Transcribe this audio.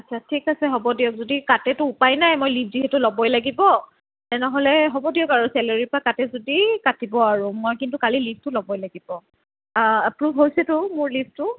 আচ্ছা ঠিক আছে হ'ব দিয়ক যদি কাটেতো উপায় নাই মই লীভ যিহেতু ল'বই লাগিব তেনেহ'লে হ'ব দিয়ক আৰু চেলাৰীৰ পৰা কাটে যদি কাটিব আৰু মই কিন্তু কালি লীভটো ল'বই লাগিব এপ্ৰুভ হৈছেতো মোৰ লীভটো